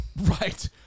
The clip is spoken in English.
Right